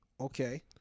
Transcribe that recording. Okay